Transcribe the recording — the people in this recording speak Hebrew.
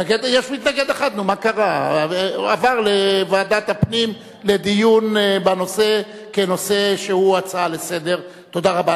להצעה לסדר-היום ולהעביר את הנושא לוועדת הפנים והגנת הסביבה נתקבלה.